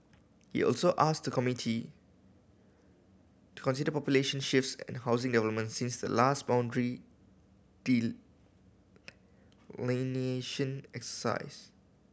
he also asked the committee to consider population shifts and housing developments since the last boundary delineation exercise